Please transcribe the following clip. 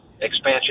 expansion